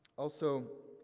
also,